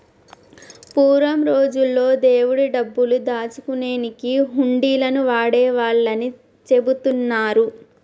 పూర్వం రోజుల్లో దేవుడి డబ్బులు దాచుకునేకి హుండీలను వాడేవాళ్ళని చెబుతున్నరు